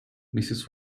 mrs